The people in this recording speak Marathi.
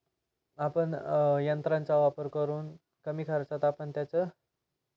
आपण यंत्रांचा वापर करून कमी खर्चात आपण त्याचं